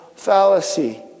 fallacy